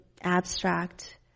abstract